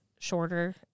shorter